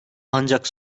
ancak